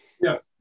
Yes